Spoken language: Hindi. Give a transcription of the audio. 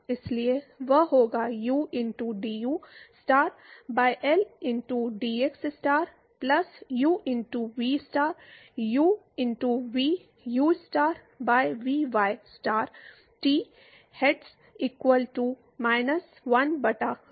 इसलिए वह होगा u into d u star by L into d x star plus u into v star u into v u star by vy star t hats equal to minus 1 बटा rho